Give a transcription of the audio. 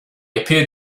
appeared